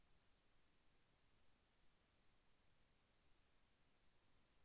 వరదల భారి నుండి నా పొలంను ఎలా రక్షించుకోవాలి?